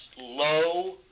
low